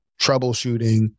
troubleshooting